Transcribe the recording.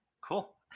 Cool